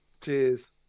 Cheers